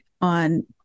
on